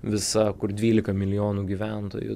visa kur dvylika milijonų gyventojų